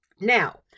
Now